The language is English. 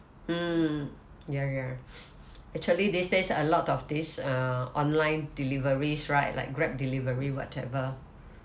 hmm ya ya actually these days a lot of this err online deliveries right like grab delivery whatever